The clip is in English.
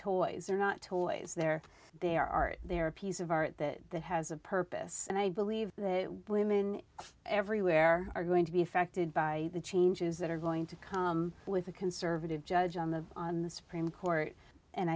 toys are not toys there they are they're a piece of art that that has a purpose and i believe that women everywhere are going to be affected by the changes that are going to come with a conservative judge on the on the supreme court and